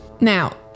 Now